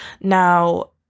Now